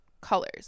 colors